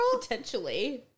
Potentially